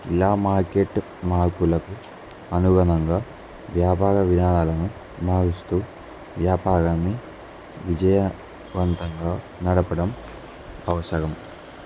ఇలా మార్కెట్ మార్పులకు అనుగణంగా వ్యాపార విధానాన్ని మారుస్తూ వ్యాపారాన్ని విజయవంతంగా నడపడం అవసరం